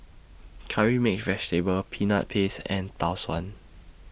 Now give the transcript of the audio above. Curry Mixed Vegetable Peanut Paste and Tau Suan